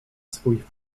swój